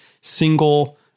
single